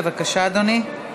בבקשה, אדוני.